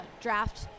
draft